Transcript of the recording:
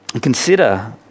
Consider